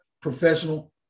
professional